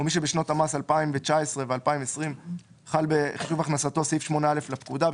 מי שבשנות המס 2019 ו־2020 חל בחישוב הכנסתו סעיף 8א לפקודה,